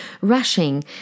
rushing